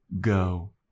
go